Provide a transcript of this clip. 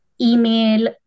email